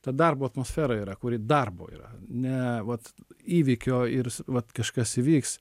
ta darbo atmosfera yra kuri darbo yra ne vat įvykio ir vat kažkas įvyks